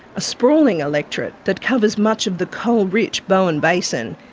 a sprawling electorate that covers much of the coal-rich bowen basin.